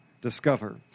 discover